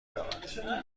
رود